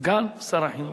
סגן שר החינוך.